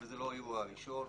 וזה לא האירוע הראשון,